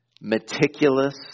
meticulous